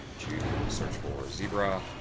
two, search for zebra.